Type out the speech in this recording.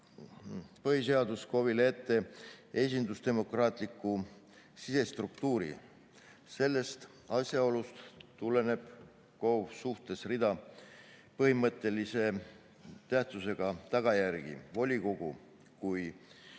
põhiseadus KOV-ile ette esindusdemokraatliku sisestruktuuri. Sellest asjaolust tuleneb KOV-i suhtes rida põhimõttelise tähtsusega tagajärgi. Volikogu kui